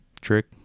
trick